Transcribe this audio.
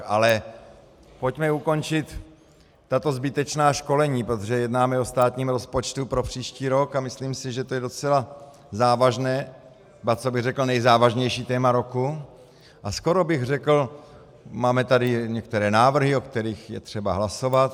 Ale pojďme ukončit tato zbytečná školení, protože jednáme o státním rozpočtu pro příští rok, a myslím si, že to je docela závažné, ba co bych řekl, nejzávažnější téma roku, a skoro bych řekl, máme tady některé návrhy, o kterých je třeba hlasovat.